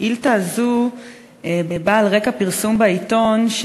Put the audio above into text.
השאילתה הזו באה על רקע פרסום בעיתון,